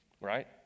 right